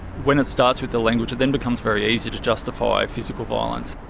when it starts with the language, it then becomes very easy to justify physical violence.